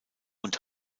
und